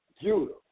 Judah